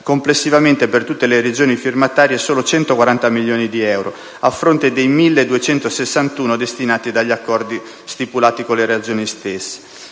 complessivamente per tutte le Regioni firmatarie solo 140 milioni di euro, a fronte dei 1.261 destinati dagli accordi stipulati con le Regioni stesse.